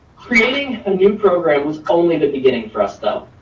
creating a new program was only the beginning for us though.